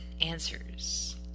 answers